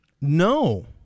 No